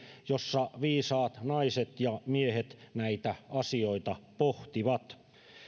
jossa viisaat naiset ja miehet näitä asioita pohtivat käytäviin energiakeskusteluihin ja linjauksiin